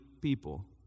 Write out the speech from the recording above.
people